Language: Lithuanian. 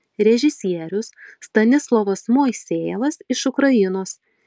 režisierius stanislovas moisejevas iš ukrainos